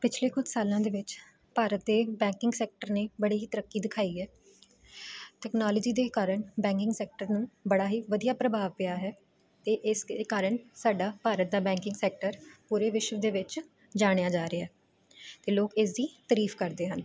ਪਿਛਲੇ ਕੁਝ ਸਾਲਾਂ ਦੇ ਵਿੱਚ ਭਾਰਤ ਦੇ ਬੈਕਿੰਗ ਸੈਕਟਰ ਨੇ ਬੜੀ ਹੀ ਤਰੱਕੀ ਦਿਖਾਈ ਹੈ ਟੈਕਨੋਲੋਜੀ ਦੇ ਕਾਰਨ ਬੈਂਗਿੰਗ ਸੈਕਟਰ ਨੂੰ ਬੜਾ ਹੀ ਵਧੀਆ ਪ੍ਰਭਾਵ ਪਿਆ ਹੈ ਅਤੇ ਇਸ ਦੇ ਕਾਰਨ ਸਾਡਾ ਭਾਰਤ ਦਾ ਬੈਂਕਿੰਗ ਸੈਕਟਰ ਪੂਰੇ ਵਿਸ਼ਵ ਦੇ ਵਿੱਚ ਜਾਣਿਆ ਜਾ ਰਿਹਾ ਅਤੇ ਲੋਕ ਇਸ ਦੀ ਤਰੀਫ਼ ਕਰਦੇ ਹਨ